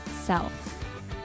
self